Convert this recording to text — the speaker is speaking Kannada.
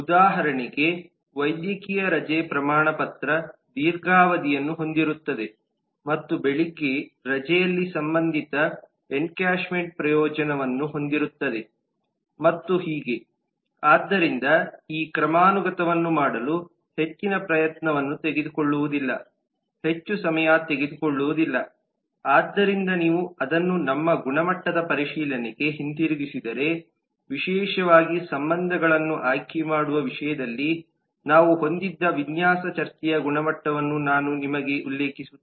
ಉದಾಹರಣೆಗೆ ವೈದ್ಯಕೀಯ ರಜೆ ಪ್ರಮಾಣಪತ್ರ ದೀರ್ಘಾವಧಿಯನ್ನು ಹೊಂದಿರುತ್ತದೆ ಮತ್ತು ಬೆಳಿಗ್ಗೆ ರಜೆಯಲ್ಲಿ ಸಂಬಂಧಿತ ಎನ್ಕ್ಯಾಶ್ಮೆಂಟ್ ಪ್ರಯೋಜನಗಳನ್ನು ಹೊಂದಿರುತ್ತದೆ ಮತ್ತು ಹೀಗೆ ಆದ್ದರಿಂದ ಈ ಕ್ರಮಾನುಗತವನ್ನು ಮಾಡಲು ಹೆಚ್ಚಿನ ಪ್ರಯತ್ನವನ್ನು ತೆಗೆದುಕೊಳ್ಳುವುದಿಲ್ಲಹೆಚ್ಚು ಸಮಯ ತೆಗೆದುಕೊಳ್ಳುವುದಿಲ್ಲ ಆದ್ದರಿಂದ ನೀವು ಅದನ್ನು ನಮ್ಮ ಗುಣಮಟ್ಟದ ಪರಿಶೀಲನೆಗೆ ಹಿಂತಿರುಗಿಸಿದರೆ ವಿಶೇಷವಾಗಿ ಸಂಬಂಧಗಳನ್ನು ಆಯ್ಕೆಮಾಡುವ ವಿಷಯದಲ್ಲಿ ನಾವು ಹೊಂದಿದ್ದ ವಿನ್ಯಾಸ ಚರ್ಚೆಯ ಗುಣಮಟ್ಟವನ್ನು ನಾನು ನಿಮಗೆ ಉಲ್ಲೇಖಿಸುತ್ತೇನೆ